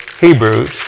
Hebrews